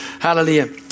Hallelujah